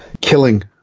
killing